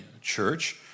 church